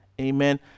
Amen